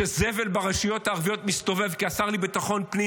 זבל ברשויות הערביות מסתובב כי השר לביטחון פנים,